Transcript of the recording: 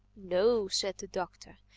no, said the doctor.